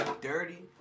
dirty